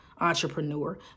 entrepreneur